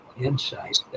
insight